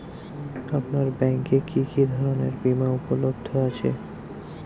আপনার ব্যাঙ্ক এ কি কি ধরনের বিমা উপলব্ধ আছে?